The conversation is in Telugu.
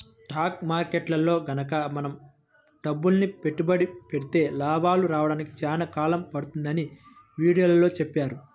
స్టాక్ మార్కెట్టులో గనక మనం డబ్బులని పెట్టుబడి పెడితే లాభాలు రాడానికి చాలా కాలం పడుతుందని వీడియోలో చెప్పారు